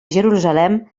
jerusalem